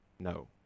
No